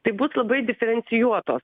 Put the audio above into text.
tai bus labai diferencijuotos